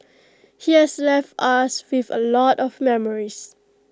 he has left us with A lot of memories